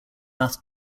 math